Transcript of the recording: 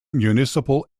municipal